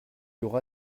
aura